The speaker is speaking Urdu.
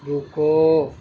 رکو